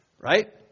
Right